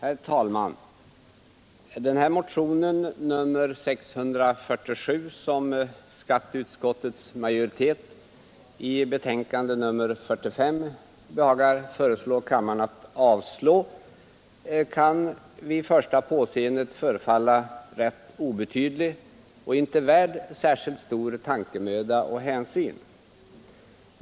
Herr talman! Motionen 647, som skatteutskottets majoritet i betänkande nr 45 behagar föreslå kammaren att avslå, kan vid första påseendet förefalla rätt obetydlig och inte värd särskilt stor tankemöda och hänsyn.